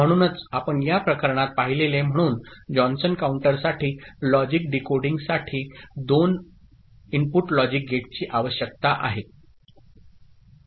म्हणूनच आपण या प्रकरणात पाहिलेले म्हणून जॉन्सन काउंटरसाठी लॉजिक डिकोडिंगसाठी दोन इनपुट लॉजिक गेटची आवश्यकता आहे